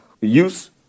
use